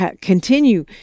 continue